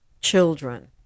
children